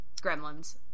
gremlins